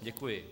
Děkuji.